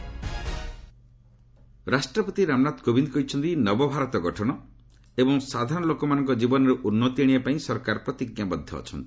president address ରାଷ୍ଟପତି ରାମନାଥ କୋବିନ୍ଦ କହିଛନ୍ତି ନବଭାରତ ଗଠନ ଏବଂ ସାଧାରଣଲୋକମାନଙ୍କ ଜୀବନରେ ଉନ୍ତି ଆଣିବା ପାଇଁ ସରକାର ପ୍ରତିଜ୍ଞାବଦ୍ଧ ଅଛନ୍ତି